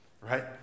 right